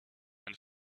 and